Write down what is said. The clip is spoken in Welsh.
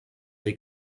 neu